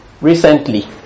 Recently